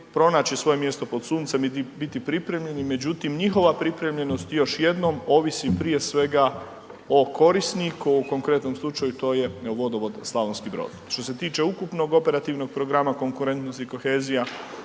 pronaći svoje mjesto pod suncem i biti pripremljen i međutim, njihova pripremljenost još jednom ovisi prije svega o korisniku, u ovom konkretnom slučaju to je Vodovod Slavonski Brod. Što se tiče ukupnog operativnog programa konkurentnosti i kohezija,